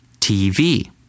tv